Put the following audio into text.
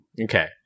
Okay